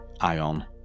ion